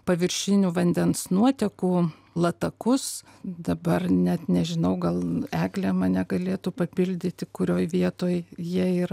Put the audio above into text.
paviršinių vandens nuotekų latakus dabar net nežinau gal eglė mane galėtų papildyti kurioj vietoj jie yra